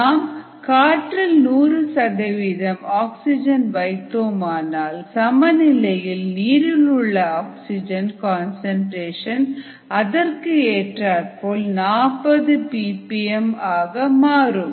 நாம் காற்றில் 100 ஆக்சிஜன் வைத்தோமானால் சமநிலையில் நீரிலுள்ள ஆக்சிஜன் கன்சன்ட்ரேஷன் அதற்கு ஏற்றார்போல் 40 பி பி எம் ஆக மாறும்